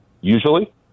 usually –